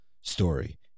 story